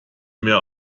mehr